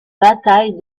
bataille